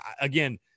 again